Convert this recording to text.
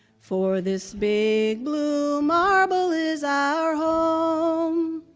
for this big blue marble is our home.